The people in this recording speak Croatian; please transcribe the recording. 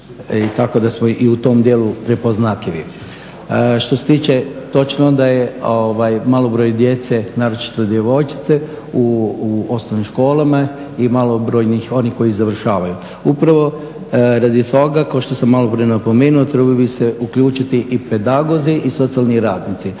tako da smo i u tom dijelu prepoznatljivi. Što se tiče, točno da je mali broj djece, naročito djevojčica, u osnovnim školama i mali broj onih koji završavaju. Upravo radi toga, kao što sam maloprije napomenuo trebali bi se uključiti i pedagozi i socijalni radnici.